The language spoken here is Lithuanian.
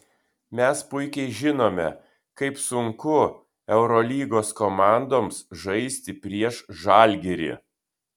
mes puikiai žinome kaip sunku eurolygos komandoms žaisti prieš žalgirį